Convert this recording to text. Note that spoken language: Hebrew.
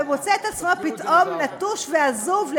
ומוצא את עצמו פתאום נטוש ועזוב,